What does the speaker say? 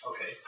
Okay